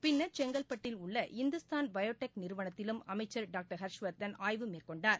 பின்னர் செங்கல்பட்டில் உள்ள இந்துஸ்தான் பயோ டெக் நிறுவனத்திலும் அமைச்சர் டாக்டர் ஹர்ஷ்வர்தன் ஆய்வு மேற்கொண்டார்